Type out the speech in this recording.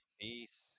Peace